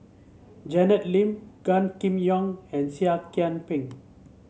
Janet Lim Gan Kim Yong and Seah Kian Peng